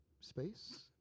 space